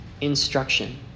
instruction